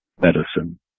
medicine